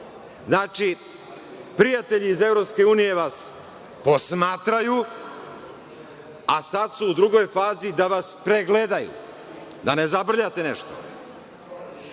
Znači, prijatelji iz Evropske unije vas posmatraju, a sada su u drugoj fazi da vas pregledaju, da ne zabrljate nešto. Mene